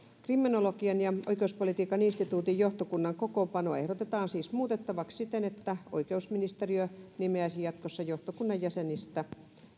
kriminologian ja oikeuspolitiikan instituutin johtokunnan kokoonpanoa ehdotetaan siis muutettavaksi siten että oikeusministeriö nimeäisi jatkossa johtokunnan jäsenistä